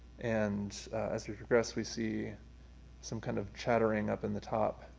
and as we progress we see some kind of chattering up in the top,